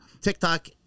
TikTok